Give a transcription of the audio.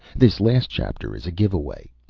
this last chapter is a give-away.